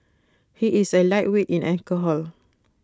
he is A lightweight in alcohol